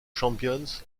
champions